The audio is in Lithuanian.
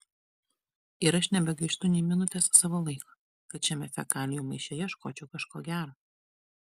ir aš nebegaištu nė minutės savo laiko kad šiame fekalijų maiše ieškočiau kažko gero